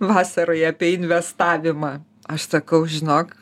vasaroje apie investavimą aš sakau žinok